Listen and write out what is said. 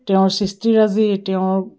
তেওঁৰ সৃষ্টিৰাজি তেওঁৰ